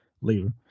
later